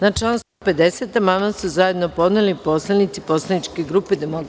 Na član 150. amandman su zajedno podneli poslanici poslaničke grupe DS.